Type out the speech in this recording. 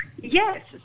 Yes